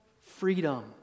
freedom